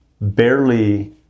barely